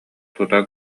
тута